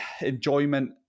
enjoyment